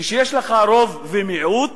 כשיש לך רוב ומיעוט,